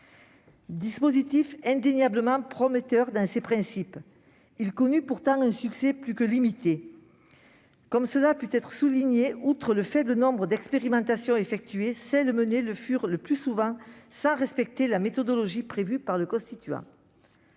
dispositif, indéniablement prometteur dans ses principes, connut pourtant un succès plus que limité. Cela a pu être souligné, outre le faible nombre d'expérimentations effectuées, celles qui furent menées le furent le plus souvent sans respecter la méthodologie prévue par le constituant.